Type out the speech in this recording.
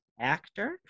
actor